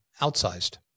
Outsized